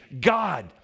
God